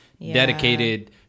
dedicated